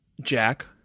Jack